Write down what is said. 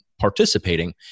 participating